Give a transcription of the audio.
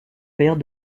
père